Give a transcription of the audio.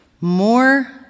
more